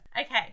Okay